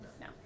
no